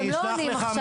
אתם לא עונים עכשיו.